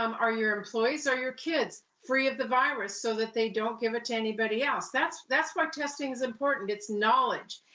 um are your employees, are your kids free of the virus, so that they don't give it to anybody else? that's that's why testing is important. it's knowledge.